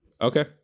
okay